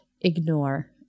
ignore